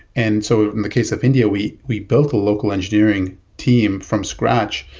and so in the case of india, we we built a local engineering team from scratch,